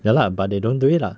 ya lah but they don't do it lah